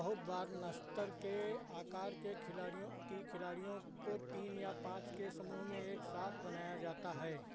बहुत बार नश्तर के आकार के खिलाड़ियों की खिलाड़ियों को तीन या पाँच के समूह में एक साथ बनाया जाता है